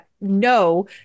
no